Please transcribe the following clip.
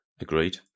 Agreed